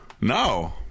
No